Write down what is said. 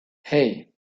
hei